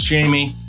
Jamie